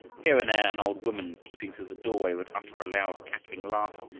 here and there an old woman, peeping through the doorway, would utter a loud cackling laugh,